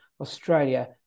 Australia